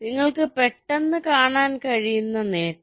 നിങ്ങൾക്ക് പെട്ടെന്ന് കാണാൻ കഴിയുന്ന നേട്ടം